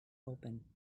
open